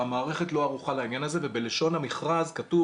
המערכת לא ערוכה לעניין הזה ובלשון המכרז כתוב